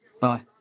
bye